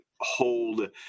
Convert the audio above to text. hold